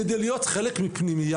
כדי להיות חלק מפנימייה.